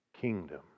kingdom